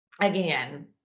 again